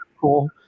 Cool